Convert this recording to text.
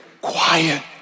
quiet